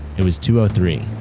it was two three.